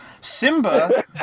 Simba